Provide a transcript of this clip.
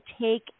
take